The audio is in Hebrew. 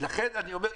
לכן אני אומר,